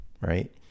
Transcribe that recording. right